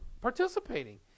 Participating